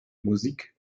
musik